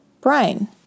brain